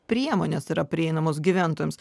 priemonės yra prieinamos gyventojams